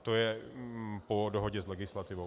To je po dohodě s legislativou.